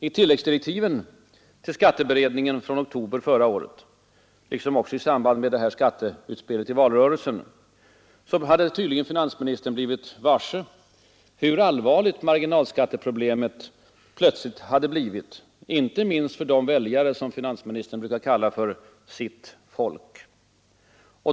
I tilläggsdirektiven till skatteutredningen från oktober förra året liksom också i samband med skatteutspelet i valrörelsen hade finansministern tydligen blivit varse hur allvarligt marginalskatteproblemet plötsligt blivit, inte minst för de väljare som finansministern brukar kalla sitt folk.